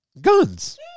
guns